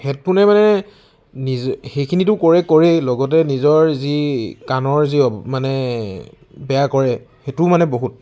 হেডফোনে মানে নিজ সেইখিনিতো কৰে কৰেই লগতে নিজৰ যি কাণৰ যি মানে বেয়া কৰে সেইটোও মানে বহুত